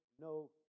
no